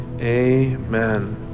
Amen